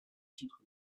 titre